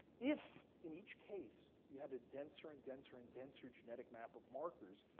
if, in each case, you had a denser and denser and denser genetic map of markers,